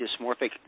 dysmorphic